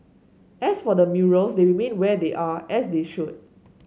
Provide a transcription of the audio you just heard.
as for the murals they remain where they are as they should